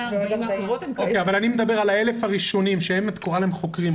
אני מדבר על ה-1,000 הראשונים שלהם את קוראת חוקרים,